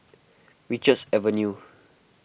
Richards Avenue